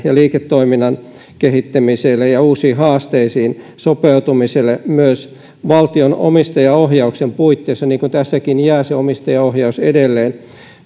liiketoiminnan kehittämiselle ja uusiin haasteisiin sopeutumiselle myös valtion omistajaohjauksen puitteissa niin kuin tässäkin jää se omistusohjaus edelleen